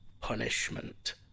punishment